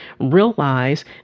realize